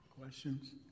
Questions